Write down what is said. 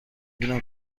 بینم